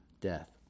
death